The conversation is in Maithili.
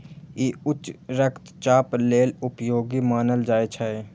ई उच्च रक्तचाप लेल उपयोगी मानल जाइ छै